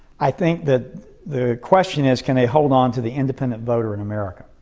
i think that the question is, can they hold on to the independent voter in america?